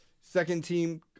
second-team